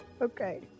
okay